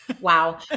wow